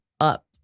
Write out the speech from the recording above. up